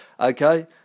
Okay